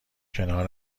کنار